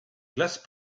glaces